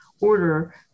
order